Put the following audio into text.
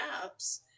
apps